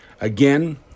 Again